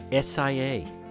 SIA